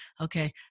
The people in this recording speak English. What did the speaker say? okay